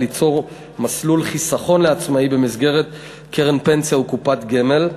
ליצור מסלול חיסכון לעצמאי במסגרת קרן פנסיה וקופת גמל,